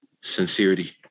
sincerity